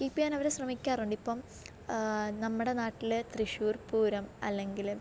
keep ചെയ്യാനവർ ശ്രമിക്കാറുണ്ട് ഇപ്പം നമ്മുടെ നാട്ടിൽ തൃശ്ശൂർ പൂരം അല്ലെങ്കിൽ